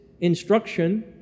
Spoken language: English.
instruction